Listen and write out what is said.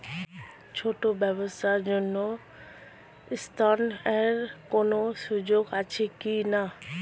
ছোট ব্যবসার জন্য ঋণ এর কোন সুযোগ আছে কি না?